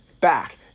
back